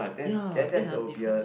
ya that's another difference